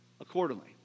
accordingly